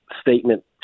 statement